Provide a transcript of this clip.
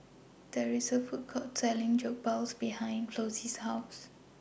There IS A Food Court Selling Jokbal behind Flossie's House